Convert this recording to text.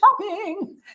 shopping